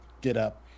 getup